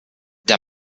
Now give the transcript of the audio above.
der